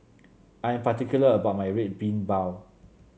I'm particular about my Red Bean Bao